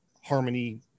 harmony